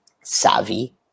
savvy